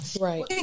right